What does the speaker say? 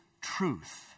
truth